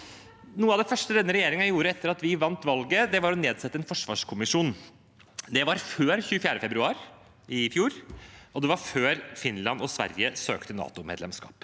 Noe av det første denne regjeringen gjorde etter at vi vant valget, var å nedsette en forsvarskommisjon. Det var før 24. februar i fjor, og det var før Finland og Sverige søkte NATO-medlemskap.